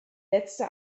letzte